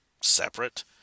separate